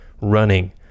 running